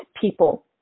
people